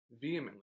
vehemently